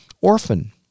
orphan